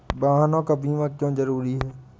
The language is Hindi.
वाहनों का बीमा क्यो जरूरी है?